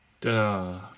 Duh